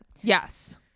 yes